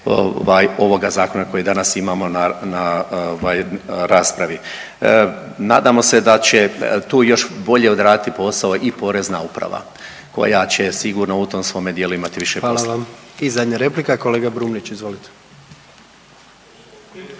ovoga zakona koji danas imamo na, na ovaj raspravi. Nadamo se da će tu još bolje odraditi posao i Porezna uprava koja će sigurno u tom svome dijelu imati više posla. **Jandroković, Gordan (HDZ)** Hvala vam. I zadnja replika kolega Brumnić. Izvolite.